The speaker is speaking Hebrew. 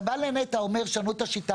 אתה בא לנת"ע ואומר: שנו את השיטה,